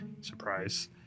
surprise